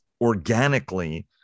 Organically